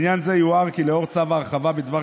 לעניין זה יוער כי לאור צו ההרחבה בדבר